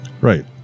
Right